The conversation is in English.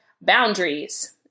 boundaries